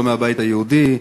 לא מהבית היהודי.